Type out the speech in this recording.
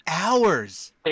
hours